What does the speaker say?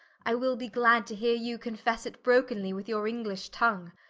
i will be glad to heare you confesse it brokenly with your english tongue.